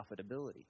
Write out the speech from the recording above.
profitability